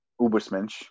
ubersmensch